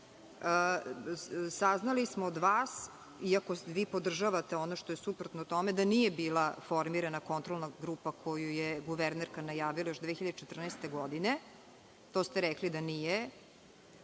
Saznali smo od vas, iako vi podržavate ono što je suprotno tome, da nije bila formirana kontrolna grupa koju je guvernerka najavila još 2014. godine, to ste rekli da nije